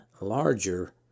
larger